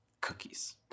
cookies